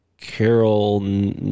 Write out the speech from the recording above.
Carol